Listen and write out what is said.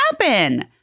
happen